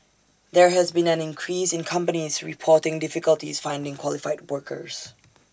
there has been an increase in companies reporting difficulties finding qualified workers